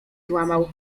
złamał